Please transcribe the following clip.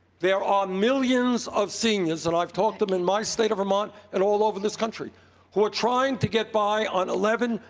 there are millions of seniors and i've talked to them in my state of vermont and all over this country who are trying to get by on eleven